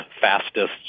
fastest